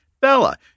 Bella